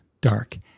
dark